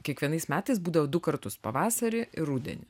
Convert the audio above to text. kiekvienais metais būdavo du kartus pavasarį ir rudenį